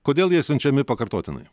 kodėl jie siunčiami pakartotinai